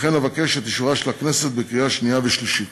לכן אבקש את אישורה של הכנסת בקריאה שנייה ושלישית.